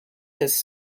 his